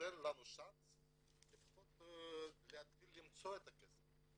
תן לנו צ'אנס לפחות להתחיל למצוא את הכסף.